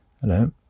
Hello